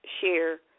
share